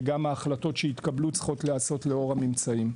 וגם ההחלטות שיתקבלו צריכות להיעשות לאור הממצאים.